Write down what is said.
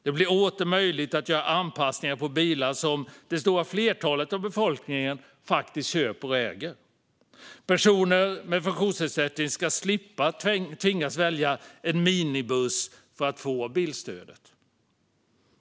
Det blir åter möjligt att göra anpassningar på bilar som det stora flertalet av befolkningen faktiskt köper och äger. Personer med funktionsnedsättning ska slippa tvingas välja en minibuss för att få bilstödet.